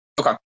Okay